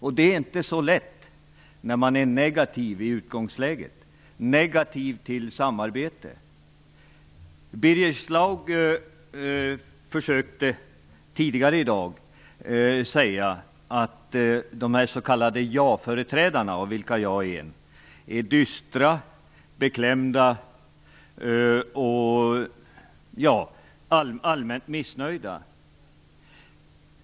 Det är väl inte så lätt när man är negativ till samarbete i utgångsläget. Birger Schlaug försökte tidigare i dag säga att de s.k. jaföreträdarna, av vilka jag är en, är dystra, beklämda och allmänt missnöjda.